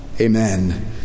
Amen